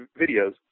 videos